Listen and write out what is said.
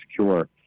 secure